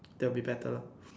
that will be better lah